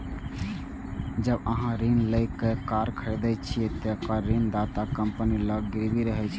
जब अहां ऋण लए कए कार खरीदै छियै, ते कार ऋणदाता कंपनी लग गिरवी रहै छै